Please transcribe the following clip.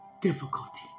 difficulty